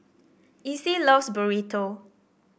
Icey loves Burrito